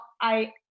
I-